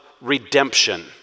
redemption